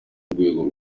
rugo